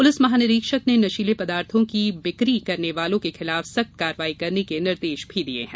police महानिरीक्षक ने नशीले पदार्थों की बिक्री करने वालो के खिलाफ सख्त कार्यवाही करने के निर्देश भी दिये हैं